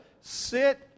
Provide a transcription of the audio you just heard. sit